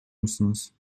musunuz